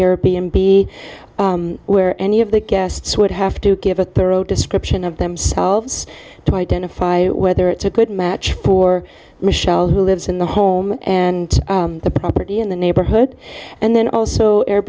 b where any of the guests would have to give a thorough description of themselves to identify whether it's a good match for michelle who lives in the home and the property in the neighborhood and then also air